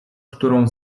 którą